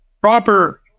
proper